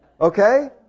Okay